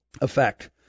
effect